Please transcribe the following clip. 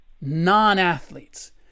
non-athletes